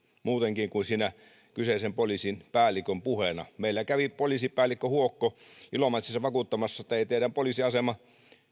muutenkin kuin kyseisen poliisipäällikön puheena meillä kävi poliisipäällikkö huokko ilomantsissa vakuuttamassa että ei teidän poliisiasema